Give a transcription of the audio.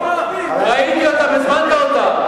ראיתי אותם, הזמנת אותם.